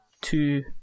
two